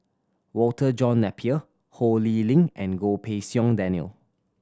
Walter John Napier Ho Lee Ling and Goh Pei Siong Daniel